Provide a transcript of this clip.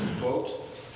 quote